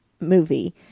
movie